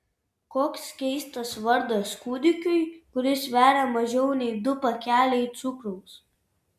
koks keistas vardas kūdikiui kuris sveria mažiau nei du pakeliai cukraus